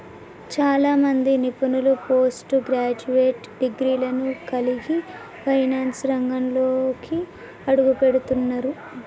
చాలా మంది నిపుణులు పోస్ట్ గ్రాడ్యుయేట్ డిగ్రీలను కలిగి ఫైనాన్స్ రంగంలోకి అడుగుపెడుతున్నరు